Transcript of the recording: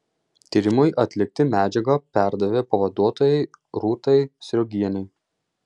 tyrimui atlikti medžiagą perdavė pavaduotojai rūtai sriogienei